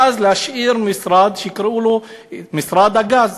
ואז להשאיר משרד שיקראו לו משרד הגז